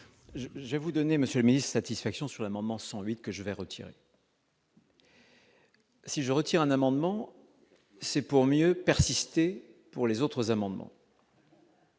je vais vous donner monsieur mi-satisfaction sur l'amendement 108 que je vais retirer. Si je retire un amendement, c'est pour mieux persister pour les autres amendements.